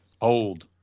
Old